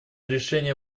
решение